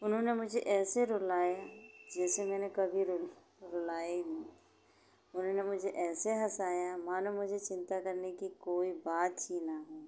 उन्होंने मुझे ऐसे रुलाया जैसे मैंने कभी रुलाया ही नई उन्होंने मुझे ऐसे हँसाया मानो मुझे चिन्ता करने की कोई बात ही न हो